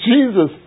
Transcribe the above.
Jesus